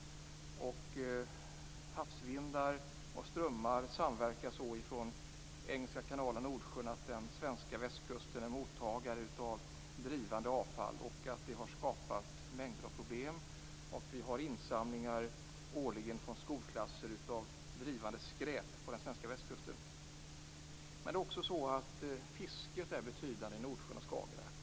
Havsvindar och strömmar från Engelska kanalen och Nordsjön samverkar på ett sådant sätt att den svenska västkusten blir mottagare av drivande avfall. Detta har förorsakat en mängd problem. Årligen gör skolklasser insamlingar av drivande skräp på den svenska västkusten. Fisket är betydande i Nordsjön och Skagerrak.